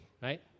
right